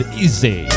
easy